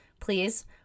please